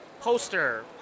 poster